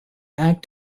act